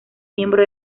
miembro